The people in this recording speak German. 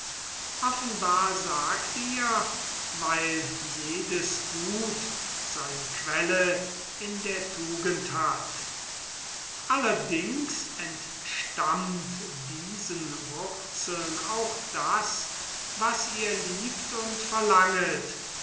offenbar weil jedes gut seine quelle in der tugend hat entstammt diesen wurzeln auch das was ihr liebet und verlanget